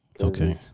Okay